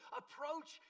approach